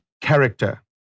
character